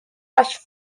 rushed